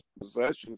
possessions